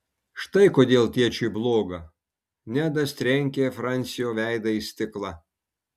štai kodėl tėčiui bloga nedas trenkė fransio veidą į stiklą